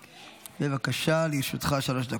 דקות.